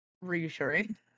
reassuring